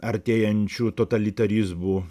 artėjančių totalitarizmų